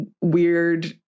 weird